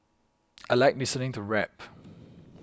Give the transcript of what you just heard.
I like listening to rap